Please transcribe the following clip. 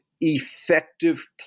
effective